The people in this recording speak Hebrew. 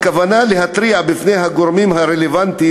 הכוונה להתריע בפני הגורמים הרלוונטיים,